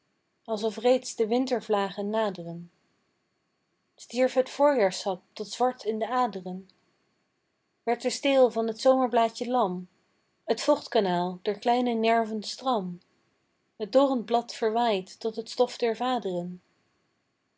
alsof reeds de wintervlagen naderen stierf het voorjaarssap tot zwart in de aderen werd de steel van t zomerblaadje lam t vochtkanaal der kleine nerven stram t dorrend blad verwaaid tot t stof der vaderen